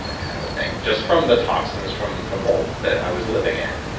ah kind of a thing just from the toxins, from from mold that i was living in.